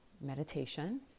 meditation